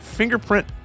Fingerprint